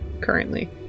currently